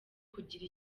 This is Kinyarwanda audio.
kugira